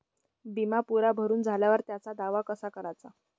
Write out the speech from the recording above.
बिमा पुरा भरून झाल्यावर त्याचा दावा कसा कराचा?